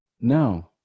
no